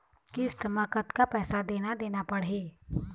किस्त म कतका पैसा देना देना पड़ही?